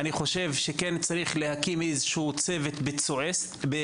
אני חושב שכן צריך להקים איזשהו צוות ביצועי,